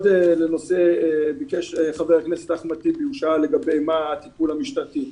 שאל חבר הכנסת אחמד טיבי לגבי הטיפול המשטרתי.